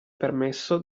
permesso